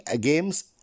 games